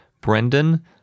Brendan